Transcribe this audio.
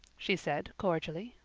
she said cordially.